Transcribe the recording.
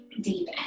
deep